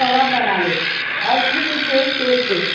کباب بنا لے اور پھر اسے سینک دے